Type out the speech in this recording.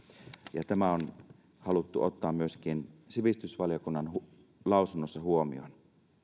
ja tämä on haluttu ottaa myöskin sivistysvaliokunnan lausunnossa huomioon